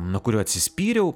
nuo kurio atsispyriau